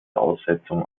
aussetzung